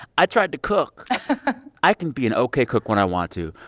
i tried to cook i can be an ok cook when i want to.